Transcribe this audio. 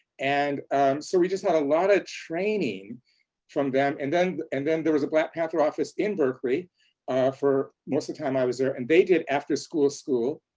and so we just had a lot of training from them. and then and then there was a black panther office in berkely for most of time i was there and they did after school school,